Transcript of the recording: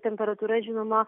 temperatūra žinoma